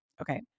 okay